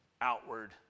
outward